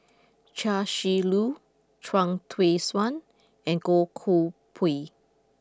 Chia Shi Lu Chuang Hui Tsuan and Goh Koh Pui